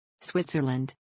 Switzerland